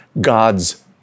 God's